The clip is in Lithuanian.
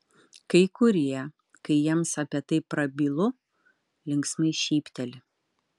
kai kurie kai jiems apie tai prabylu linksmai šypteli